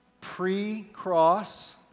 pre-cross